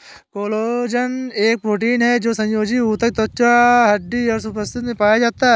collagen एक protein है जो संयोजी ऊतक, त्वचा, हड्डी और उपास्थि में पाया जाता है